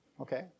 Okay